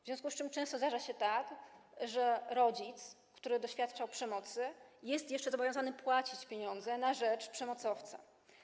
W związku z tym często zdarza się tak, że rodzic, który doświadczał przemocy, jest jeszcze obowiązany płacić pieniądze na rzecz przemocowca.